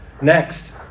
Next